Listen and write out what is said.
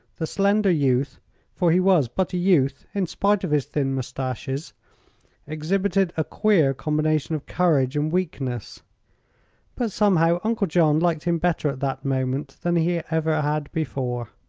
the slender youth for he was but a youth in spite of his thin moustaches exhibited a queer combination of courage and weakness but somehow uncle john liked him better at that moment than he ever had before.